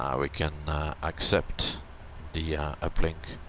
um we can accept the uplink.